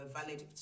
valid